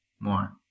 More